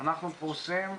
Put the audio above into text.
אנחנו פרוסים,